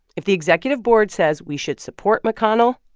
if the executive board says we should support mcconnell,